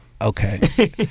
okay